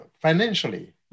financially